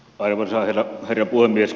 arvoisa herra puhemies